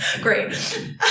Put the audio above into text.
Great